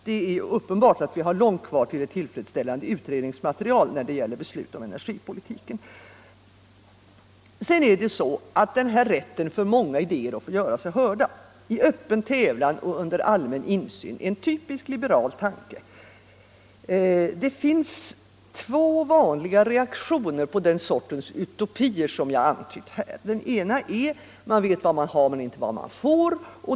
Det är uppenbart att vi har långt kvar till ett tillfredsställande utredningsmaterial när det gäller beslut om energipolitiken. Den här rätten för många idéer att få göra sig hörda, i öppen tävlan och under allmän insyn, är en typiskt liberal tanke. Det finns två vanliga reaktioner på den sortens utopier som jag antytt. Den ena är: Man vet vad man har men inte vad man får.